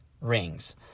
Rings